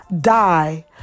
die